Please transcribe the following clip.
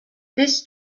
this